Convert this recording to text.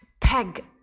peg